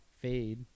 Fade